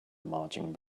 marching